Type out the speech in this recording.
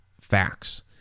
facts